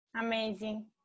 Amazing